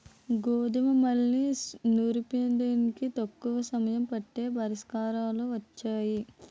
గోధుమల్ని నూర్పిడికి తక్కువ సమయం పట్టే పరికరాలు వొచ్చాయి